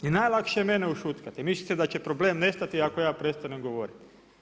I najlakše je mene ušutkati, mislite da će problem nestati ako ja prestanem govoriti.